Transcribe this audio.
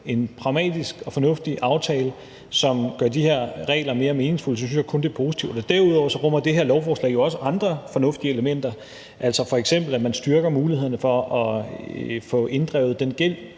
en pragmatisk og fornuftig aftale, som gør de her regler mere meningsfulde, er det kun positivt. Derudover rummer det her lovforslag jo også andre fornuftige elementer, f.eks. at man styrker mulighederne for at få inddrevet den gæld,